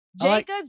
Jacobs